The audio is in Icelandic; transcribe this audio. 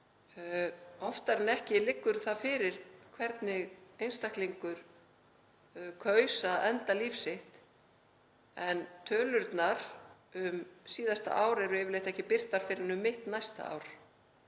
oftar en ekki liggur það fyrir hvernig einstaklingur kaus að enda líf sitt. En tölurnar fyrir síðasta ár eru yfirleitt ekki birtar fyrr en um mitt næsta ár.